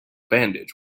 bandage